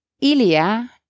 Ilia